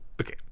Okay